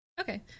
Okay